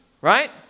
right